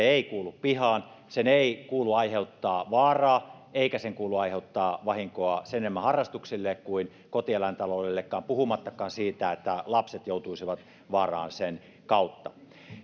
ei kuulu pihaan sen ei kuulu aiheuttaa vaaraa eikä sen kuulu aiheuttaa vahinkoa sen enemmän harrastuksille kuin kotieläintaloudellekaan puhumattakaan siitä että lapset joutuisivat vaaraan sen kautta